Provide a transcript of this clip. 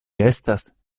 estas